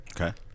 Okay